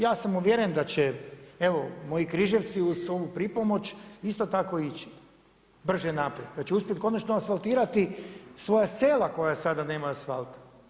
Ja sam uvjeren da će evo moji Križevci uz ovu pripomoć isto tako ići brže naprijed, da će uspjeti konačno asfaltirati svoja sela koje sada nema asfalta.